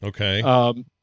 Okay